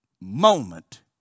moment